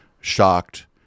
shocked